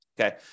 Okay